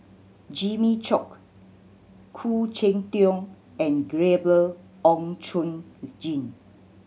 Jimmy Chok Khoo Cheng Tiong and Gabriel Oon Chong Jin